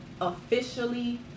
officially